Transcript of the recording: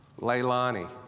Leilani